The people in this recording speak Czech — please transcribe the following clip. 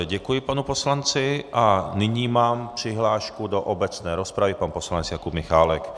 Děkuji panu poslanci a nyní mám přihlášku do obecné rozpravy, pan poslanec Jakub Michálek.